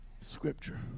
scripture